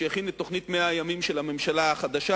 שהכין את תוכנית 100 הימים של הממשלה החדשה.